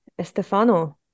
Estefano